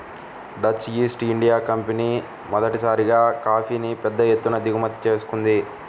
Dutch East India Company మొదటిసారిగా కాఫీని పెద్ద ఎత్తున దిగుమతి చేసుకుంది